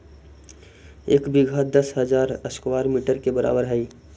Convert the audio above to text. एक बीघा दस हजार स्क्वायर मीटर के बराबर हई